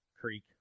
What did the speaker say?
Creek